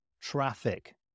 traffic